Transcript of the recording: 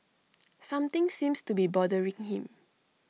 something seems to be bothering him